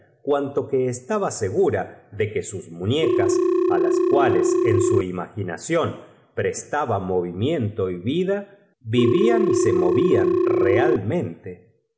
cuanto que estaba segura de que sus muñecas á las cuales en su imaginación prestaba movimiento y vida vivfan y se movian realmente